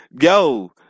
yo